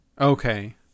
Okay